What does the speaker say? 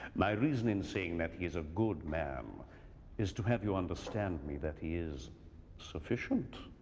my reason in saying that he's a good man is to have you understand me that he is sufficient.